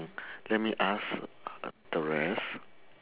let me ask the rest